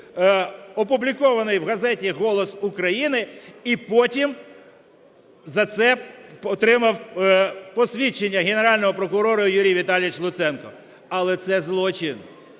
опублікований в газеті "Голос України ", і потім за це отримав посвідчення Генерального прокурора Юрій Віталійович Луценко. Але це злочин.